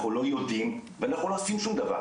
אנחנו לא יודעים ואנחנו לא עושים שום דבר,